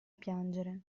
piangere